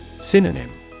Synonym